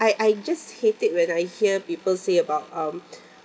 I I just hate it when I hear people say about um